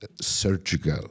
surgical